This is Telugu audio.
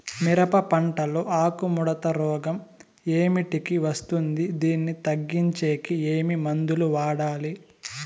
మిరప పంట లో ఆకు ముడత రోగం ఏమిటికి వస్తుంది, దీన్ని తగ్గించేకి ఏమి మందులు వాడాలి?